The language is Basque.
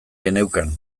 geneukan